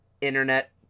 internet